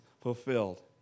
fulfilled